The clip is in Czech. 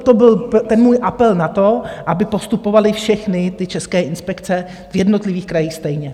To byl ten můj apel na to, aby postupovaly všechny ty české inspekce v jednotlivých krajích stejně.